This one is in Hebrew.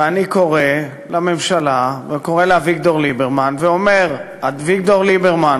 ואני קורא לממשלה וקורא לאביגדור ליברמן ואומר: אביגדור ליברמן,